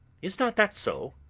is not that so?